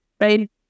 right